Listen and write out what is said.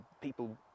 people